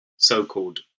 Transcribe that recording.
so-called